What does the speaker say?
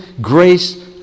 grace